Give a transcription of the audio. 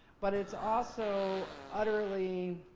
but it's also utterly,